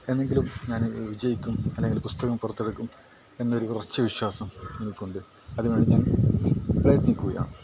എന്നെങ്കിലും ഞാൻ വിജയിക്കും അല്ലങ്കിൽ പുസ്തകം പുറത്തെടുക്കും എന്നൊരു ഉറച്ച വിശ്വാസം എനിക്കുണ്ട് അതിന് വേണ്ടി ഞാൻ പ്രയത്നിക്കുകയാണ്